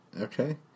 Okay